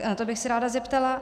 Na to bych se ráda zeptala.